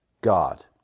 God